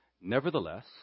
Nevertheless